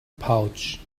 pouch